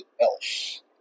else